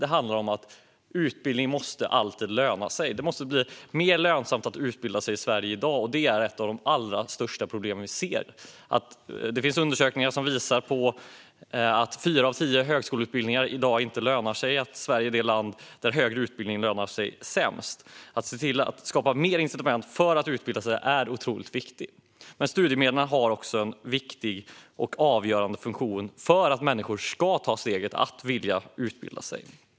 Det handlar om att utbildning alltid måste löna sig. Det måste bli mer lönsamt att utbilda sig i Sverige i dag. Detta är ett av de allra största problem vi ser. Det finns undersökningar som visar att fyra av tio högskoleutbildningar i dag inte lönar sig och att Sverige är det land där högre utbildning lönar sig sämst. Det är otroligt viktigt att se till att skapa fler incitament för att människor ska utbilda sig. Studiemedlen har också en viktig och avgörande funktion för att människor ska ta steget att vilja utbilda sig.